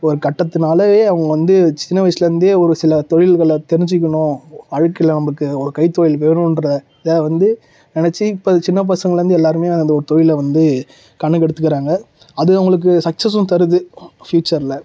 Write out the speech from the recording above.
ஒரு கட்டத்துனாலேயே அவங்க வந்து சின்ன வயசில் இருந்தே ஒரு சில தொழில்களை தெரிஞ்சுக்கணும் வாழ்க்கையில் நமக்கு ஒரு கைத்தொழில் வேணும்ன்ற இதை வந்து நெனைச்சி இப்போ இது சின்ன பசங்கள்லேருந்து எல்லோருமே அந்த ஒரு தொழிலை வந்து கணக்கு எடுத்துக்கிறாங்க அது அவங்களுக்கு சக்சஸும் தருது ஃப்யூச்சரில்